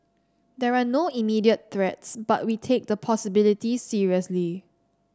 there are no immediate threats but we take the possibility seriously